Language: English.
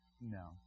No